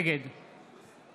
נגד